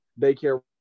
daycare